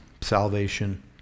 salvation